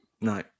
no